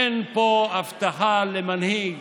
אין פה הבטחה למנהיג